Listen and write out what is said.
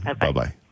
Bye-bye